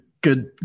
good